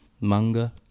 Manga